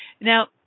Now